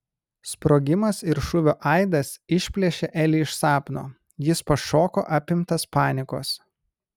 sprogimas ir šūvio aidas išplėšė elį iš sapno jis pašoko apimtas panikos